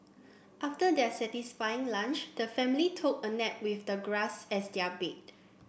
after their satisfying lunch the family took a nap with the grass as their bed